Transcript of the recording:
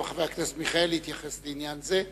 גם חבר הכנסת מיכאלי התייחס לעניין הזה.